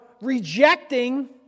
rejecting